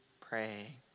pray